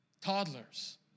toddlers